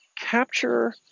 capture